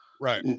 Right